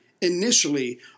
initially